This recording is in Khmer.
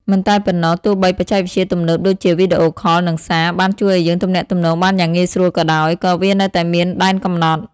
ការស្វែងរកពេលវេលាដែលសមស្របសម្រាប់ភាគីទាំងពីរ អាចទាមទារការលះបង់ និងការយោគយល់ខ្ពស់។